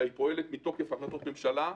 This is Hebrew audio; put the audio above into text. אלא מתוקף החלטות ממשלה.